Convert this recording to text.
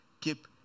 keep